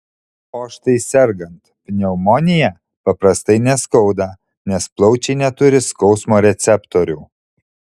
o štai sergant pneumonija paprastai neskauda nes plaučiai neturi skausmo receptorių